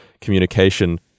communication